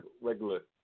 regular